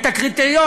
את הקריטריון,